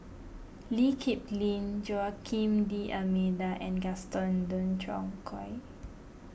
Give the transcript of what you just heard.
Lee Kip Lin Joaquim D'Almeida and Gaston Dutronquoy